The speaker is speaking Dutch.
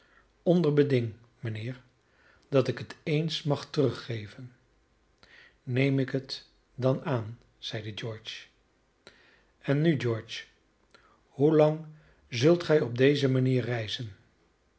onder beding mijnheer dat ik het eens mag teruggeven neem ik het dan aan zeide george en nu george hoelang zult gij op deze manier reizen